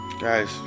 Guys